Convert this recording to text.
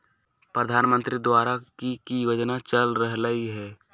प्रधानमंत्री द्वारा की की योजना चल रहलई ह?